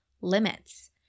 limits